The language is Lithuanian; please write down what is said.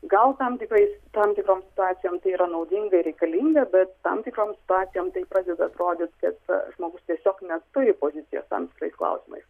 gal tam tikrais tam tikrom situacijom tai yra naudinga ir reikalinga tam tikrom situacijom tai pradeda atrodyt kad žmogus tiesiog neturi pozicijos tam tikrais klausimais